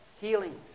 healings